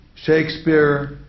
Shakespeare